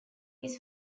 his